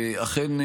ואכן,